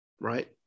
right